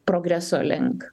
progreso link